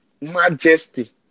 majesty